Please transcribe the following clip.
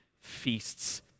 feasts